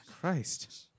Christ